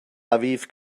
aviv